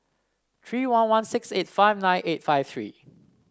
three one one six eight five nine eight five three